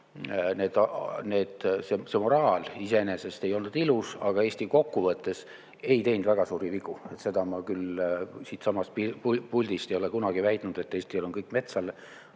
hinnanguid. See moraal iseenesest ei olnud ilus, aga Eesti kokkuvõttes ei teinud väga suuri vigu. Seda ma küll siitsamast puldist ei ole kunagi väitnud, et Eestil on kõik metsa